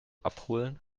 abholen